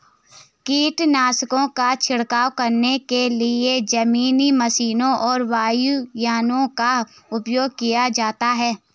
कीटनाशकों का छिड़काव करने के लिए जमीनी मशीनों और वायुयानों का उपयोग किया जाता है